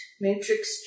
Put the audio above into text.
matrix